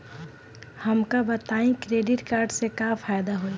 हमका बताई credit card से का फायदा होई?